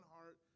heart